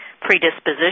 predisposition